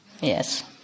yes